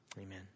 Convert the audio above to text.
Amen